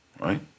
right